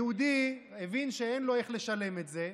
היהודי הבין שאין לו איך לשלם את זה,